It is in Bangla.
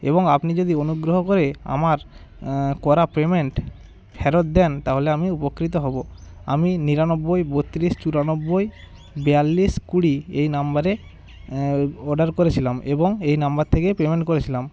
এবং আপনি যদি অনুগ্রহ করে আমার করা পেমেন্ট ফেরত দেন তাহলে আমি উপকৃত হবো আমি নিরানব্বই বত্রিশ চুরানব্বই বিয়াল্লিশ কুড়ি এই নাম্বারে অর্ডার করেছিলাম এবং এই নাম্বার থেকেই পেমেন্ট করেছিলাম